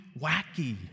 wacky